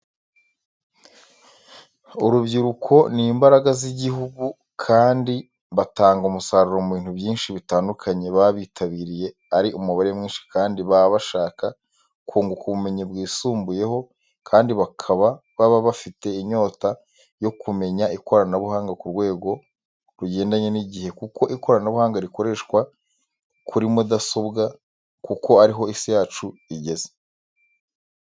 Urubyiruko ni imbaraga z'igihugu kandi batanga umusaruro mu bintu byinshi bitandukanye baba bitabiriye ari umubare mwinshi kandi baba bashaska kunguka ubumenyi bwisumbuyeho kandi bakaba baba bafite inyota yo kumenya ikoranabunga ku rwego rugendanye n'igihe kuko ikoranabuhanga rikoreshwa kuri mudasobwa kuko ari ho isi yacu igeze.